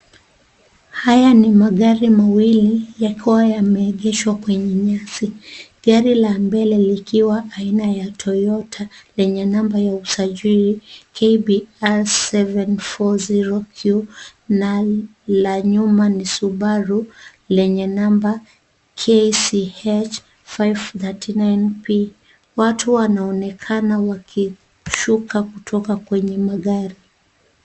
Haya ni magari mawili yakiwa yameegeshwa kwenye nyasi. Gari la mbele likiwa aina ya toyota lenye namba ya usajili KBR 740Q na la nyuma ni subaru lenye namba KCH 539P . Watu wanaonekana wakishuka kutoka kwenye magari.